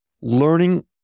learning